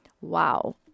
Wow